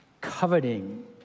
Coveting